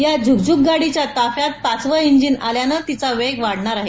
या झुक झुक गाडीच्या ताफ्यात पाचवं इंजिन आल्यानं तिचा वेग वाढणार आहे